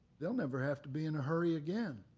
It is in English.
they'll never have to be in a hurry again.